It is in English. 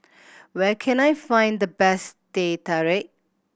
where can I find the best Teh Tarik